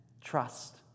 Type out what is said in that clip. trust